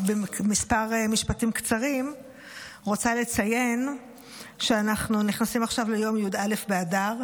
בכמה משפטים קצרים אני רוצה לציין שאנחנו נכנסים עכשיו ליום י"א באדר.